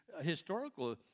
historical